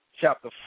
chapter